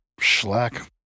Schlack